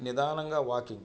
నిదానంగా వాకింగ్